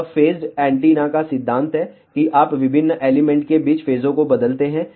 यह phased antenna का सिद्धांत है कि आप विभिन्न एलिमेंट के बीच फेजों को बदलते हैं